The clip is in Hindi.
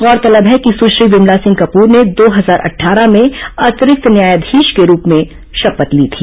गौरतलब है कि सुश्री विमला सिंह कपूर ने दो हजार अट्ठारह में अतिरिक्त न्यायाधीश के रूप में शपथ ली थी